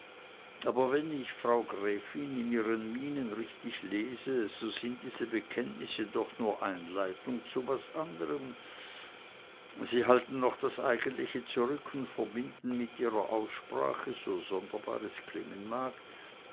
aber wenn ich frau gräfin in ihren mienen richtig lese so sind diese bekenntnisse doch nur einleitung zu was andrem sie halten noch das eigentliche zurück und verbinden mit ihrer aussprache so sonderbar es klingen mag